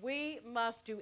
we must do